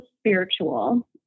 spiritual